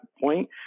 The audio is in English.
point